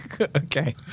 okay